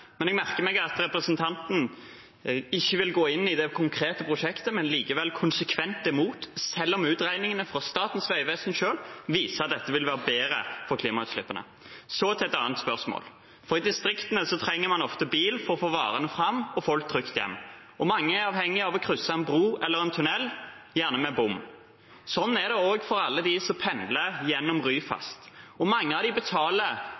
Men jeg merker meg at representanten Bastholm ikke vil gå inn i det konkrete prosjektet, men likevel er konsekvent imot, selv om utregningene fra Statens vegvesen viser at dette vil være bedre med tanke på klimagassutslippene. Så til et annet spørsmål: I distriktene trenger man ofte bil for å få varene fram og folk trygt hjem. Mange er avhengige av å krysse en bro eller en tunnel, gjerne med bom. Slik er det også for alle dem som pendler gjennom Ryfast. Mange av dem betaler